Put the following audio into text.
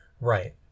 right